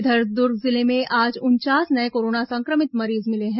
इधर दुर्ग जिले में आज उनचास नये कोरोना संक्रमित मरीज मिले हैं